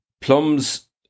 Plums